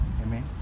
Amen